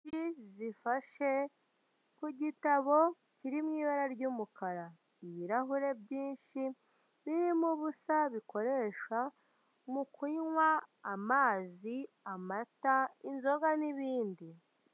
Intoki zifashe ku gitabo kiri mu ibara ry'umukara, ibirahure byinshi birimo ubusa bikoresha mu kunywa amazi, amata, inzoga n'ibindi.